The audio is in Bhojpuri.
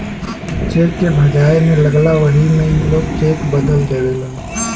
चेक के भजाए मे लगला वही मे ई लोग चेक बदल देवेलन